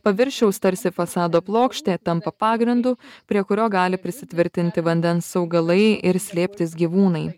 paviršiaus tarsi fasado plokštė tampa pagrindu prie kurio gali prisitvirtinti vandens augalai ir slėptis gyvūnai